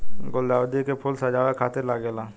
गुलदाउदी के फूल सजावे खातिर लागेला